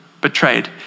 betrayed